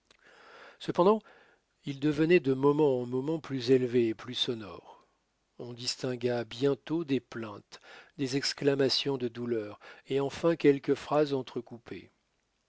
cependant ils devenaient de moment en moment plus élevés et plus sonores on distingua bientôt des plaintes des exclamations de douleur et enfin quelques phrases